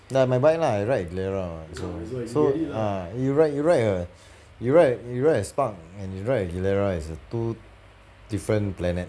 like my bike lah I ride gilera so so ah you ride you ride a you ride you ride a spark and you ride a gilera is a two different planet